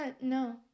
no